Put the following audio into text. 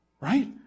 right